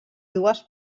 dues